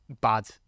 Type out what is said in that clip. bad